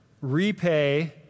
repay